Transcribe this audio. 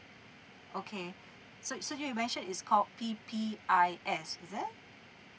okay so so you've mentioned is called P_P_I_S is it